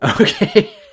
okay